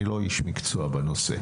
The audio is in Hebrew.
אני לא איש מקצוע בנושא,